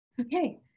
Okay